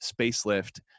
spacelift